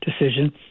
decision